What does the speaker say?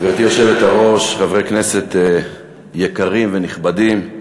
גברתי היושבת-ראש, חברי כנסת יקרים ונכבדים,